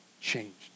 changed